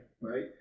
right